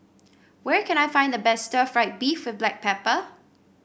where can I find the best Stir Fried Beef with Black Pepper